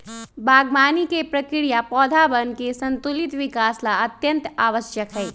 बागवानी के प्रक्रिया पौधवन के संतुलित विकास ला अत्यंत आवश्यक हई